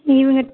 even at